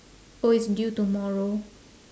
oh it's due tomorrow